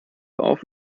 auf